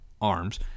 arms